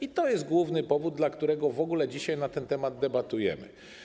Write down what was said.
I to jest główny powód, dla którego w ogóle dzisiaj na ten temat debatujemy.